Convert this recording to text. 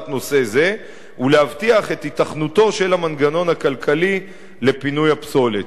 נושא זה ולהבטיח את היתכנותו של המנגנון הכלכלי לפינוי הפסולת.